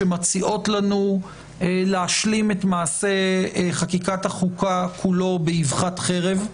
שמציעות לנו להשלים את מעשה חקיקת החוקה כולו באבחת חרב.